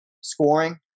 scoring